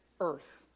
earth